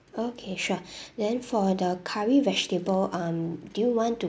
okay sure then for the curry vegetable um do you want to